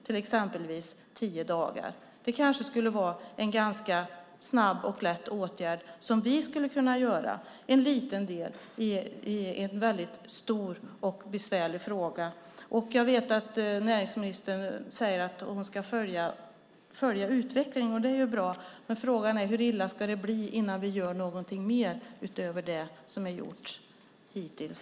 Det skulle kanske vara en ganska snabb och enkel åtgärd som vi skulle kunna göra som en liten del i en väldigt stor och besvärlig fråga. Jag vet att näringsministern säger att hon ska följa utvecklingen. Det är ju bra, men frågan är hur illa det ska bli innan vi gör någonting utöver det som är gjort hittills.